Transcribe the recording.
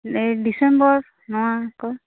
ᱮᱭ ᱰᱤᱥᱮᱢᱵᱚᱨ ᱱᱚᱣᱟ ᱠᱚ